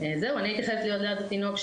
אני הייתי חייבת להיות ליד התינוק,